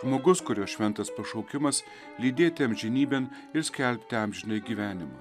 žmogus kurio šventas pašaukimas lydėti amžinybėn ir skelbti amžinąjį gyvenimą